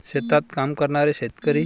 शेतात काम करणारे शेतकरी